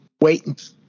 wait